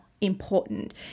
important